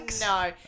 No